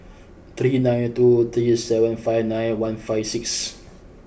three nine two three seven five nine one five six